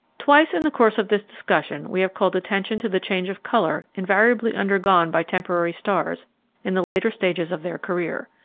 twice in the course of this discussion we have called attention to the change of color invariably undergone by temporary stars in the later stages of their career.